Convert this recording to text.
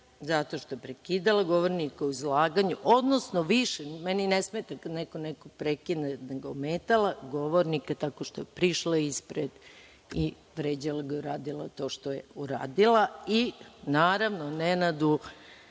zato što je prekidala govornika u izlaganju. Meni ne smeta kada neko nekoga prekine, nego je ometala govornika tako što je prišla ispred i vređala ga i uradila to što je uradila. Naravno i Nenadu